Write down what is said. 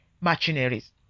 machineries